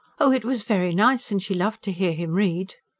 oh, it was very nice, and she loved to hear him read.